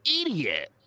idiot